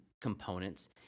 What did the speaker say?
components